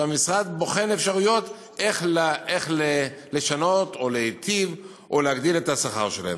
והמשרד בוחן אפשרויות איך לשנות או להיטיב או להגדיל את השכר שלהם.